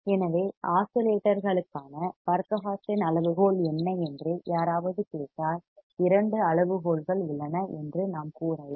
எனவே ஆஸிலேட்டர் களுக்கான Barkhausen அளவுகோல் என்ன என்று யாராவது கேட்டால் இரண்டு அளவுகோல்கள் உள்ளன என்று நாம் கூறலாம்